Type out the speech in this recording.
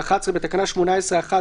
11. בתקנה 18(1),